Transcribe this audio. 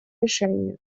решений